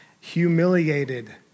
humiliated